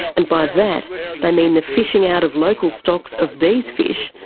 and by that they mean the fishing out of local stocks of these fish,